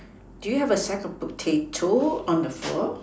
do you have a sack of potatoes on the floor